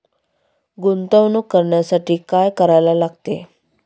गुंतवणूक करण्यासाठी काय करायला लागते?